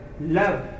Love